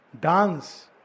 dance